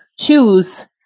choose